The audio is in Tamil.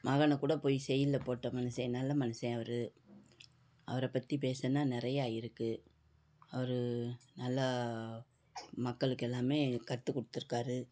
மகனை கூட போய் செயிலில் போட்ட மனுஷன் நல்ல மனுஷன் அவர் அவரை பற்றி பேசினா நிறையா இருக்குது அவர் நல்லா மக்களுக்கு எல்லாமே கற்றுக் கொடுத்துருக்காரு